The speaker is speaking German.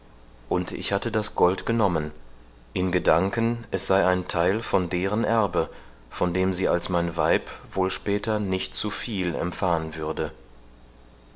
und ich hatte das gold genommen in gedanken es sei ein theil von deren erbe von dem sie als mein weib wohl später nicht zu viel empfahen würde